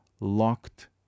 locked